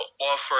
offer